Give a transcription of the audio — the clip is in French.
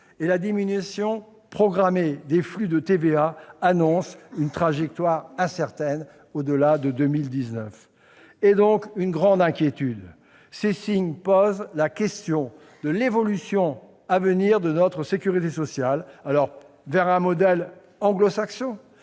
et la diminution programmée des flux de TVA annoncent une trajectoire incertaine au-delà de 2019. Il suscite donc une grande inquiétude : ces signes posent la question de l'évolution de notre sécurité sociale vers un modèle anglo-saxon,